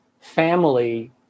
family